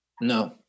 No